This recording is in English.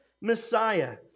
Messiah